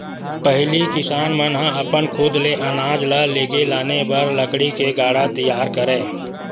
पहिली किसान मन ह अपन खुद ले अनाज ल लेगे लाने बर लकड़ी ले गाड़ा तियार करय